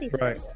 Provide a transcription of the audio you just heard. Right